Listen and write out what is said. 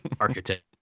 Architect